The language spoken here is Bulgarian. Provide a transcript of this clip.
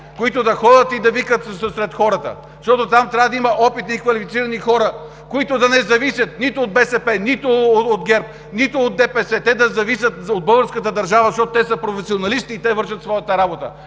които да ходят и да викат сред хората. Защото там трябва да има опитни и квалифицирани хора, които да не зависят нито от БСП, нито от ГЕРБ, нито от ДПС, те да зависят от българската държава, защото те са професионалисти и вършат своята работа,